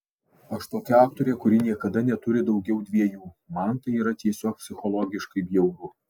aš tokia aktorė kuri niekada neturi daugiau dviejų man tai yra tiesiog psichologiškai bjauru